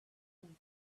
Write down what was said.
from